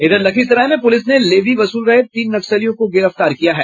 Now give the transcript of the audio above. इधर लखीसराय में पुलिस ने लेबी वसूल रहे तीन नक्सलियों को गिरफ्तार किया है